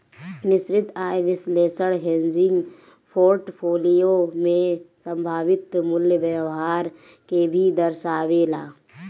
निश्चित आय विश्लेषण हेजिंग पोर्टफोलियो में संभावित मूल्य व्यवहार के भी दर्शावेला